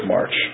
March